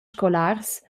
scolars